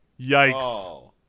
Yikes